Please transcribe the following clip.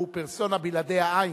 הוא persona שבלעדיה אין.